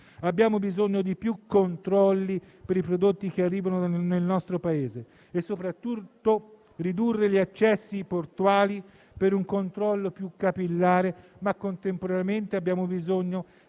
Abbiamo bisogno di più controlli sui prodotti che arrivano nel nostro Paese e, soprattutto, di ridurre gli accessi portuali per un controllo più capillare. Contemporaneamente, però, abbiamo bisogno